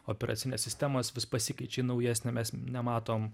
operacines sistemas vis pasikeičia į naujesnę mes nematom